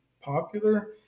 popular